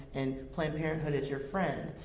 and planned parenthood is your friend.